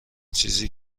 چیزی